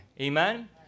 Amen